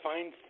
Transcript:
Find